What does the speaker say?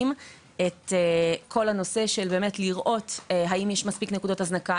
את כל הנושא של לראות האם יש מספיק נקודות הזנקה,